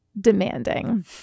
demanding